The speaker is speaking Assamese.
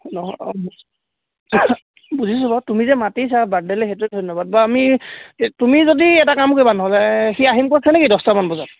নহয় অঁ বুজিছোঁ বাৰু তুমি যে মাতিছা বাৰ্থডেলৈ সেইটোৱে ধন্যবাদ বাৰু আমি তুমি যদি এটা কাম কৰিবা নহ'লে সি আহিম কৈছে নে কি দছটামান বজাত